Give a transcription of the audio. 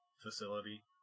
facility